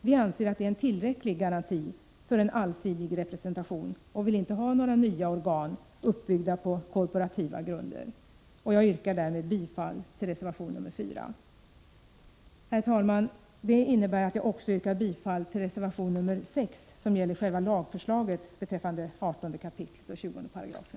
Vi anser att det är en tillräcklig garanti för en allsidig representation och vill inte ha några nya organ uppbyggda på korporativa grunder. Jag yrkar därmed bifall till reservation nr 4. Herr talman! Detta innebär också att jag yrkar bifall till reservation nr 6, som gäller själva lagförslaget beträffande 18 kap. 20 §.